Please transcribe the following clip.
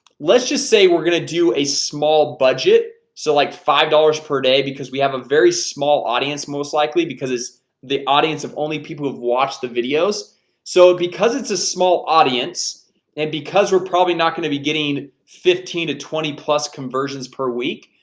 let's just say we're gonna do a small budget so like five dollars per day because we have a very small audience most likely because it's the audience of only people who've watched the videos so because it's a small audience and because we're probably not going to be getting fifteen to twenty plus conversions per week.